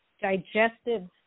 digestive